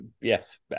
yes